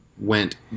went